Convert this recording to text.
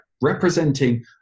Representing